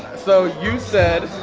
so you said,